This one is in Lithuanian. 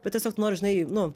bet tiesiog nori žinai nu